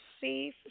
see